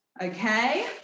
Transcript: Okay